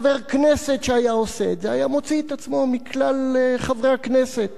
חבר כנסת שהיה עושה את זה היה מוציא את עצמו מכלל חברי הכנסת,